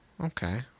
Okay